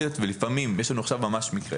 לפעמים יש לנו ממש עכשיו מקרה